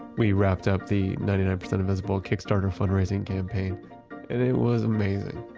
we wrapped up the ninety nine percent invisible kickstarter fundraising campaign and it was amazing.